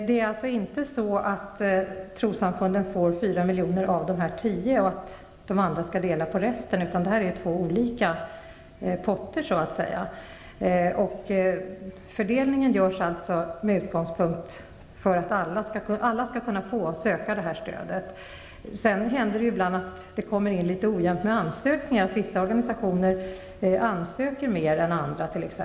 Herr talman! Det är inte så att trossamfunden får 4 miljoner av dessa 10 miljoner och att de andra skall dela på resten. Det är två olika potter. Fördelningen görs med utgångspunkten att alla skall kunna söka stödet. Det händer ibland att det kommer in litet ojämnt med ansökningar, att vissa organisationer söker mer än andra.